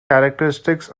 characteristics